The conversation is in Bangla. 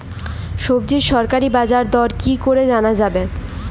সবজির সরকারি বাজার দর কি করে জানা যাবে?